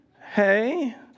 hey